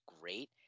great